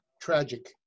tragic